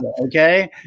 okay